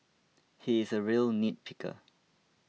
he is a real nitpicker